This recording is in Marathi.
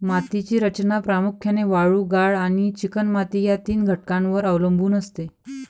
मातीची रचना प्रामुख्याने वाळू, गाळ आणि चिकणमाती या तीन घटकांवर अवलंबून असते